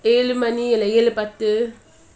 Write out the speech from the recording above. ஏழுமணிஇல்லஏழுபத்து:elu mani illa elu paththu